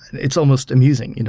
it's almost amusing. you know